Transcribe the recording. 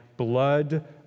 Blood